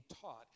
taught